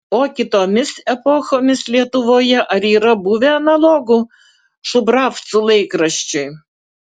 o kitomis epochomis lietuvoje ar yra buvę analogų šubravcų laikraščiui